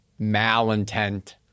malintent-